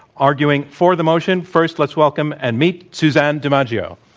arguing for the motion, first let's welcome and meet suzanne dimaggio.